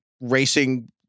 racing